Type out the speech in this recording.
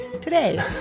today